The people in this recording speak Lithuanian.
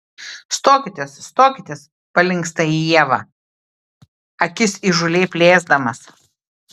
stokitės stokitės palinksta į ievą akis įžūliai plėsdamas